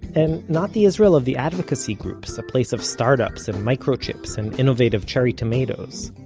and not the israel of the advocacy groups a place of start ups and microchips and innovative cherry tomatoes.